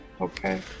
Okay